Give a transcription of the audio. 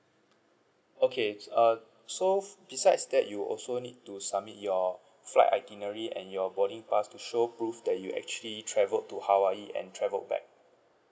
okay uh so besides that you also need to submit your flight itinerary and your boarding pass to show proof that you actually travelled to hawaii and travelled back